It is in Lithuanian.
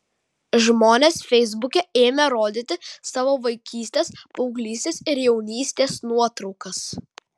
žmonės feisbuke ėmė rodyti savo vaikystės paauglystės ir jaunystės nuotraukas